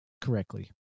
correctly